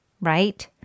right